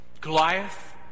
Goliath